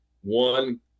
one